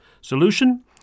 Solution